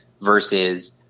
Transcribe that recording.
versus